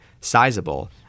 sizable